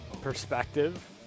perspective